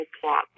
plot